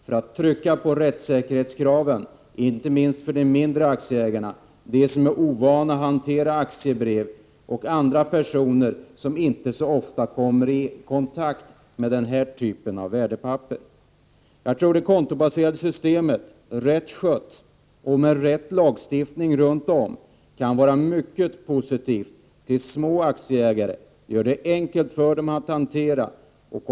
för att kunna betona rättssäkerhetskraven, inte minst för de mindre aktieägarna, som kan vara personer som är ovana att hantera aktiebrev och andra som inte så ofta kommer i kontakt med denna typ av värdepapper. Jag tror att det kontobaserade systemet, rätt skött och med rätt lagstiftning, kan vara mycket positivt för små aktieägare. Det blir enkelt för dem at hantera sina aktier.